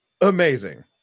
amazing